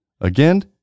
Again